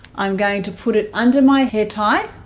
i'm going to put it under my hair tie